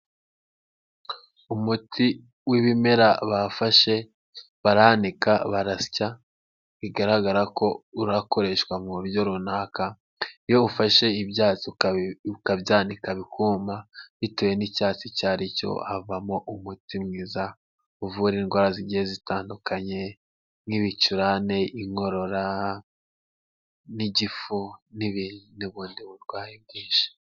Umuti w'ibimera bafashe baranika barasya bigaragara ko urakoreshwa mu buryo runaka, iyo ufashe ibyatsi ukabyanika bikuma bitewe n'icyatsi icyo ari cyo havamo umuti mwiza uvura indwara zigiye zitandukanye nk'ibicurane, inkorora n'igifu n'ibundi burwayi bwinshi.